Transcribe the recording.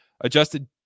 adjusted